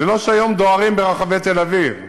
זה לא שהיום דוהרים ברחבי תל-אביב,